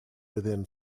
within